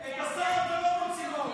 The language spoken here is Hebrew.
את השר אתה לא מוציא מהאולם.